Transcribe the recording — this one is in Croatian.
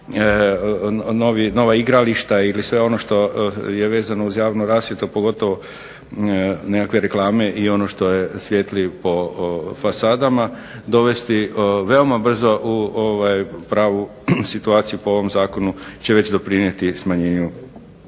nova igrališta ili sve ono što je vezano uz javnu rasvjetu pogotovo nekakve reklame i ono što svijetli po fasadama dovesti veoma brzo u pravu situaciju. Po ovom zakonu će već doprinijeti smanjenju